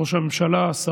ראש הממשלה, שרים,